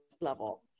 level